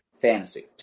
Fantasy